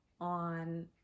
on